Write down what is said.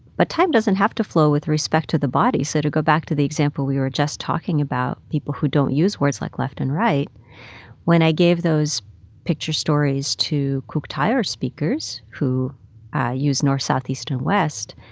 but time doesn't have to flow with respect to the body. so to go back to the example we were just talking about people who don't use words like left and right when i gave those picture stories to kuuk thaayorre speakers, who ah use north, south, east and west,